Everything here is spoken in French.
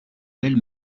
belle